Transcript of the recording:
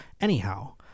Anyhow